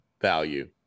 value